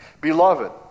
Beloved